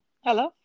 hello